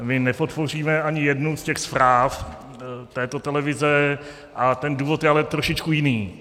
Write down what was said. My nepodpoříme ani jednu z těch zpráv této televize a ten důvod je ale trošičku jiný.